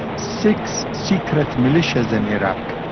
six secret militias in iraq.